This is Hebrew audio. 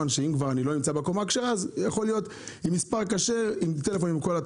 כי אם אני לא נמצא בקומה הכשרה אני חשוף לכל התכנים.